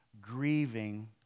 grieving